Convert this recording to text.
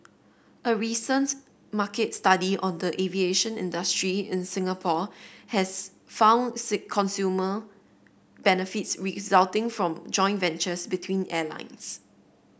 a recent market study on the aviation industry in Singapore has found consumer benefits resulting from joint ventures between airlines